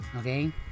Okay